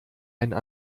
einen